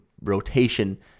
rotation